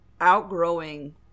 outgrowing